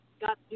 got